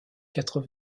quatre